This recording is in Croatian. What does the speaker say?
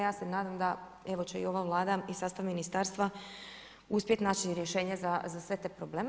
Ja se nadam da, evo će i ova Vlada i sastav ministarstva uspjeti naći rješenje za sve te probleme.